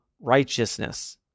righteousness